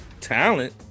talent